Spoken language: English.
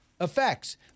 effects